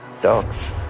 dogs